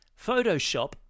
Photoshop